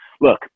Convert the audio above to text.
look